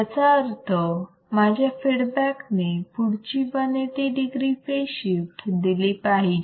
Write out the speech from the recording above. याचा अर्थ माझ्या फीडबॅक ने पुढची 180 degree फेज शिफ्ट दिली पाहिजे